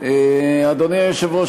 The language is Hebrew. אדוני היושב-ראש,